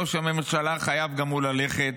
ראש הממשלה חייב גם הוא ללכת.